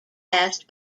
passed